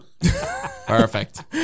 Perfect